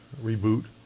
reboot